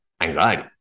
anxiety